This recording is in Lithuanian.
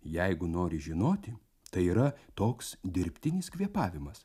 jeigu nori žinoti tai yra toks dirbtinis kvėpavimas